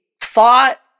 thought